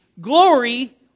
glory